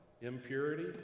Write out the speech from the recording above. impurity